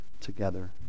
together